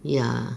ya